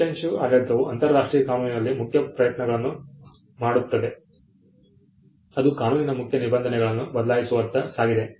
substantive ಆಡಳಿತವು ಅಂತರರಾಷ್ಟ್ರೀಯ ಕಾನೂನಿನಲ್ಲಿ ಮುಖ್ಯ ಪ್ರಯತ್ನಗಳನ್ನು ಮಾಡುತ್ತದೆ ಅದು ಕಾನೂನಿನ ಮುಖ್ಯ ನಿಬಂಧನೆಗಳನ್ನು ಬದಲಾಯಿಸುವತ್ತ ಸಾಗಿದೆ